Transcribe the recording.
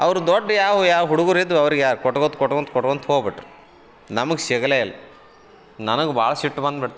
ಅವರು ದೊಡ್ಡ ಯಾವ ಯಾವ ಹುಡುಗ್ರಿದ್ದವೋ ಅವ್ರಿಗೆ ಕೊಟ್ಕೊಳ್ತಾ ಕೊಟ್ಕೊಳ್ತಾ ಕೊಟ್ಕೊಳ್ತಾ ಹೋಗ್ಬಿಟ್ರ ನಮಗೆ ಸಿಗಲೇ ಇಲ್ಲ ನನಗೆ ಭಾಳ ಸಿಟ್ಟು ಬಂದ್ಬಿಡ್ತು